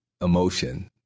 emotion